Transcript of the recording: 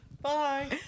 Bye